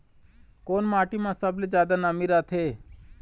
कोन माटी म सबले जादा नमी रथे?